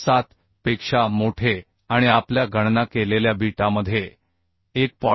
7 पेक्षा मोठे आणि आपल्या गणना केलेल्या बीटामध्ये 1